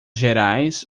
gerais